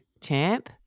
champ